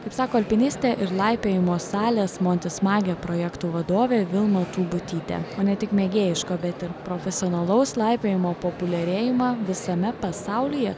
kaip sako alpinistė ir laipiojimo salės montis magija projektų vadovė vilma tūbutytė o ne tik mėgėjiško bet ir profesionalaus laipiojimo populiarėjimą visame pasaulyje